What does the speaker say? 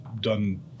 done